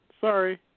sorry